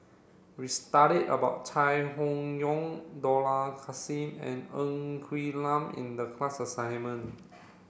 we studied about Chai Hon Yoong Dollah Kassim and Ng Quee Lam in the class assignment